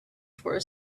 for